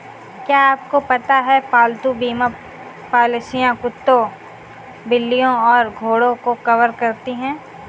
क्या आपको पता है पालतू बीमा पॉलिसियां कुत्तों, बिल्लियों और घोड़ों को कवर करती हैं?